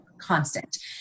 constant